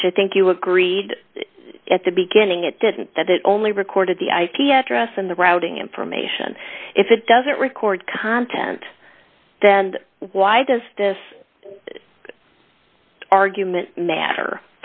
which i think you agreed at the beginning it didn't that it only recorded the ip address in the routing information if it doesn't record content then why does this argument matter